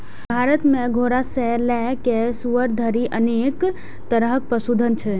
भारत मे घोड़ा सं लए कए सुअर धरि अनेक तरहक पशुधन छै